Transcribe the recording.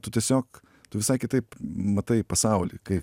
tu tiesiog tu visai kitaip matai pasaulį kai